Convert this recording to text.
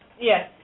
Yes